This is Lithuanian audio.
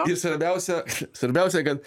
ir svarbiausia svarbiausia kad